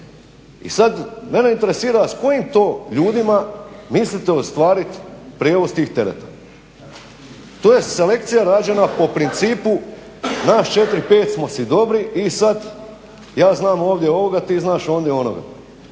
I sad mene interesira, a s kojim to ljudima mislite ostvariti prijevoz tih tereta? To je selekcija rađena po principu nas 4, 5 smo si dobri i sad ja znam ovdje ovoga, ti znaš ondje onoga.